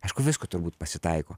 aišku visko turbūt pasitaiko